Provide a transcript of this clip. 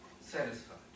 satisfied